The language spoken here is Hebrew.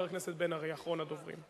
ואחריו, חבר הכנסת בן-ארי, אחרון הדוברים.